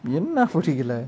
என்ன புரில:enna purila